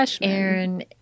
Aaron –